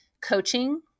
coaching